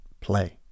play